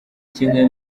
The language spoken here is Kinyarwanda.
kimwe